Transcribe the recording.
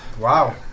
Wow